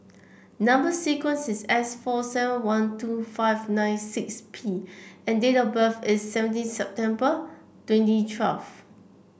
number sequence is S four seven one two five nine six P and date of birth is seventeen September twenty twelve